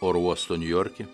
oro uosto niujorke